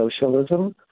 socialism